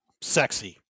Sexy